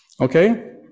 Okay